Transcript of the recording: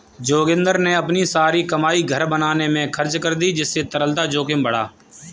जोगिंदर ने अपनी सारी कमाई घर बनाने में खर्च कर दी जिससे तरलता जोखिम बढ़ा